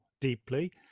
deeply